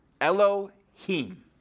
Elohim